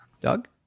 Doug